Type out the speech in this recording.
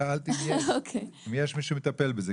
שאלתי אם יש מישהו שמטפל בזה,